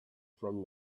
from